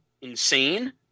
insane